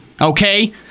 okay